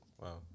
Wow